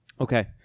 Okay